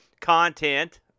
content